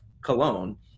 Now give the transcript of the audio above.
cologne